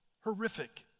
Horrific